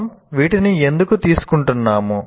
మనం వీటిని ఎందుకు తీసుకుంటున్నాము